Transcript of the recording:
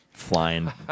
Flying